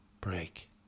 break